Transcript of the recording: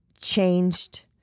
changed